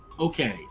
Okay